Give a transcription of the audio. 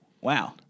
wow